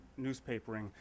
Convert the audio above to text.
newspapering